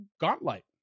Gauntlet